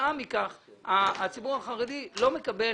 כתוצאה מכך הציבור החרדי לא מקבל